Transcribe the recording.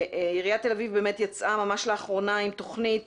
עיריית תל אביב באמת יצאה ממש לאחרונה עם תוכנית